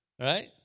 Right